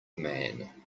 man